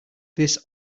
this